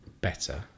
better